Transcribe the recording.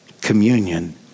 communion